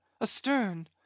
astern